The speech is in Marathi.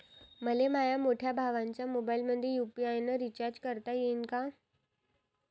मले माह्या मोठ्या भावाच्या मोबाईलमंदी यू.पी.आय न रिचार्ज करता येईन का?